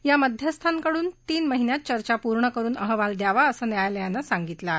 या मध्यस्थांकडून तीन महिन्यात चर्चा पूर्ण करून अहवाल द्यावा असं न्यायालयानं सांगितलं आहे